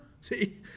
See